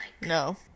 No